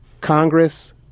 Congress